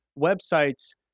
website's